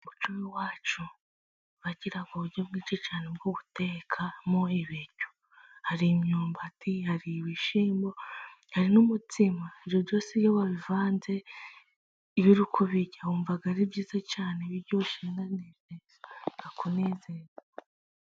Umuco w'iwacu bagira uburyo bwinshi cyane bwo gutekamo, hari imyumbati hari ibishyimbo hari n'umutsima, ibyo byose iyo wabivanze iyo uri kubirya, wumva ari byiza cyane biryoshye bikakunezeza.